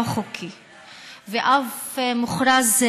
לפעמים אף בחסות